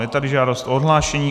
Je tady žádost o odhlášení.